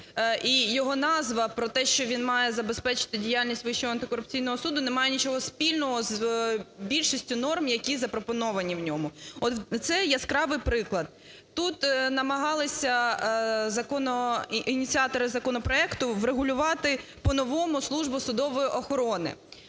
його назва про те, що він має забезпечити діяльність Вищого антикорупційного суду, немає нічого спільного з більшістю норм, які запропоновані в нього. От це яскравий приклад. Тут намагалися ініціатори законопроекту врегулювати по-новому службу судової охорони,